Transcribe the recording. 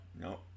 no